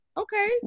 Okay